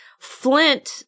flint